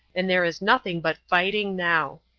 and there is nothing but fighting now.